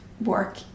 work